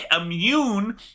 Immune